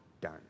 done